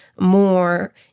more